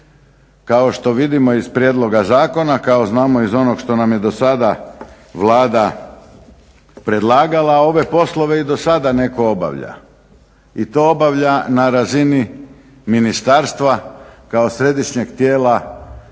kao što vidimo iz prijedloga zakona, kao znamo iz onog što nam je do sada Vlada predlagala, ove poslove i do sada netko obavlja i to obavlja na razini Ministarstva kao središnjeg tijela